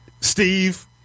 Steve